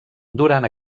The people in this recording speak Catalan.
durant